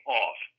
off